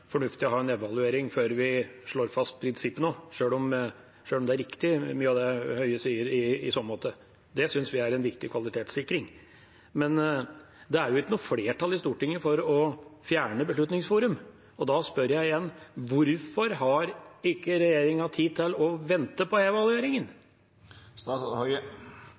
fornuftig å ha en evaluering før vi slår fast prinsippene, sjøl om mye av det Høie i så måte sier, er riktig. Det synes vi er en viktig kvalitetssikring. Men det er jo ikke noe flertall i Stortinget for å fjerne Beslutningsforum, og da spør jeg igjen: Hvorfor har ikke regjeringa tid til å vente på